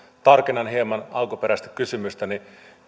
tarkennan hieman alkuperäistä kysymystäni